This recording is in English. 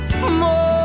more